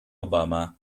obama